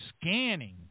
scanning